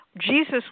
Jesus